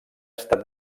estat